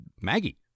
Maggie